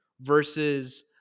versus